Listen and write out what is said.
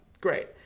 Great